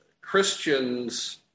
Christians